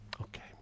Okay